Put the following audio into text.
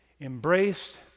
embraced